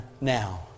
now